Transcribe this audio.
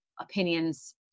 opinions